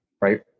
right